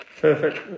Perfect